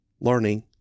learning